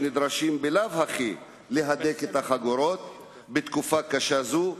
שנדרשים בלאו הכי להדק את החגורות בתקופה קשה זו,